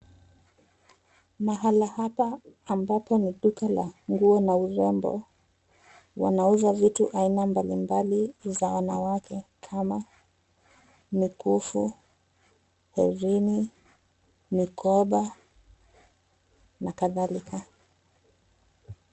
Mahala hapa ambapo ni duka la nguo na urembo, wanauza vitu aina mbalimbali za wanawake kama mikufu, herini, mikoba na kadhalika.